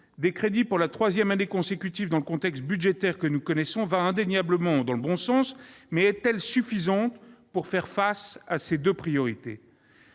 des crédits, pour la troisième année consécutive, dans le contexte budgétaire que nous connaissons va indéniablement dans le bon sens. Mais est-elle suffisante pour faire face à ces deux priorités ?